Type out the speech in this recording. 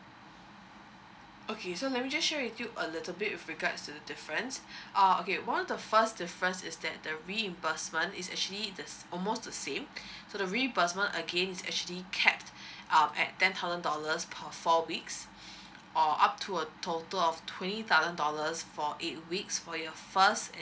okay so let me just share with you a little bit with regards to the difference uh okay one of the first difference is that the reimbursement is actually the s~ almost the same so the reimbursement again is actually cap um at ten thousand dollars per four weeks or up to a total of twenty thousand dollars for eight weeks for your first